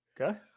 Okay